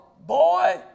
Boy